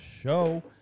show